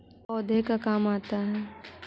पौधे का काम आता है?